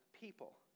people